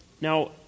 Now